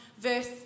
verse